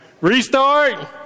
Restart